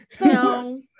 no